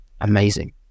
Amazing